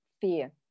fear